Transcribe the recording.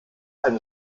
eine